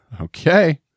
okay